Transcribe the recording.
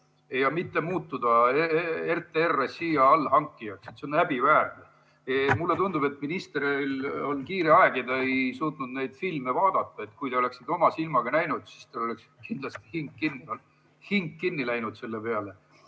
ja mitte muutuda RTR Rossija allhankijaks, see on häbiväärne. Mulle tundub, et ministril on kiire aeg ja ta ei suutnud neid filme vaadata, aga kui ta oleks oma silmaga näinud, siis tal oleks kindlasti hing kinni jäänud selle peale. Ma